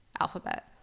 alphabet